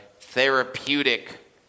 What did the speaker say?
therapeutic